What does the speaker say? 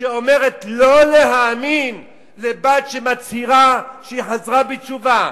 שאומרת לא להאמין לבת שמצהירה שהיא חזרה בתשובה,